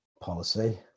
Policy